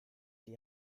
die